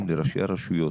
לראשי הרשויות.